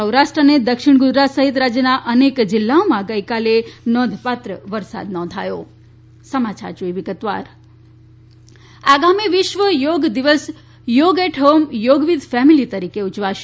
સૌરાષ્ટ્ર દક્ષિણ ગુજરાત સહિત રાજ્યના અનેક જિલ્લાઓમાં ગઇકાલે નોંધપાત્ર વરસાદ નોંધાયો વિશ્વ યોગ દિવસ આગામી વિશ્વ યોગ દિવસ yoga at home yoga with family તરીકે ઉજવાશે